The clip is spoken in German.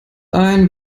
ein